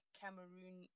cameroon